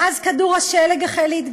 ואז החל כדור שלג מתגלגל,